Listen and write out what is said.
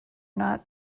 not